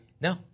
No